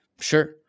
sure